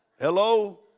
Hello